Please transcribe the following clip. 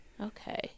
Okay